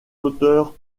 auteurs